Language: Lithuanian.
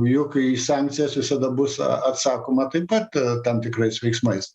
juk į sankcijas visada bus atsakoma taip pat tam tikrais veiksmais